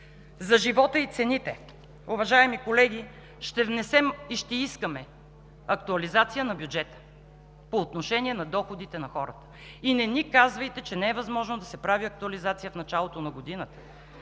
За живота и цените, уважаеми колеги, ще внесем и ще искаме актуализация на бюджета по отношение на доходите на хората. И не ни казвайте, че е невъзможно да се прави актуализация в началото на годината,